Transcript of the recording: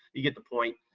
you get the point.